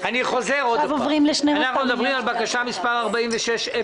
אני חוזר: אנחנו מדברים על בקשה מספר 46-001,